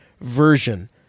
version